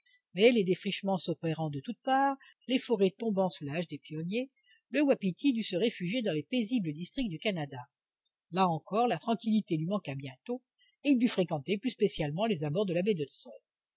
mais les défrichements s'opérant de toutes parts les forêts tombant sous la hache des pionniers le wapiti dut se réfugier dans les paisibles districts du canada là encore la tranquillité lui manqua bientôt et il dut fréquenter plus spécialement les abords de la baie d'hudson